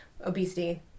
obesity